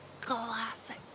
classic